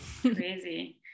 crazy